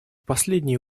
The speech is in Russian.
последние